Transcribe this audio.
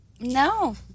No